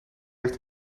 heeft